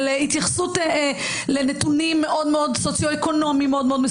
של התייחסות לנתונים מאוד מסוימים סוציו אקונומיים.